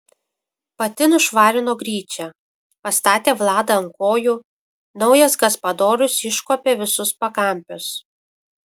pati nušvarino gryčią pastatė vladą ant kojų naujas gaspadorius iškuopė visus pakampius